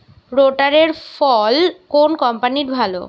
রোটারের ফল কোন কম্পানির ভালো?